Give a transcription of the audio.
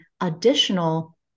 additional